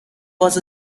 was